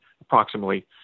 approximately